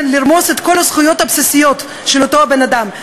לרמוס את כל הזכויות הבסיסיות של אותו בן-אדם.